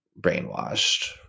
brainwashed